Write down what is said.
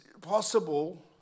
possible